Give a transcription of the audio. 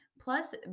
plus